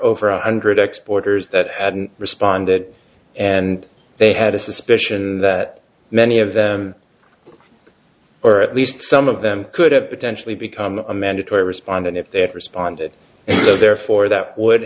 over one hundred exporters that hadn't responded and they had a suspicion that many of them or at least some of them could have potentially become a mandatory respondent if they had responded and therefore that would